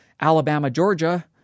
Alabama-Georgia